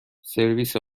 سرویس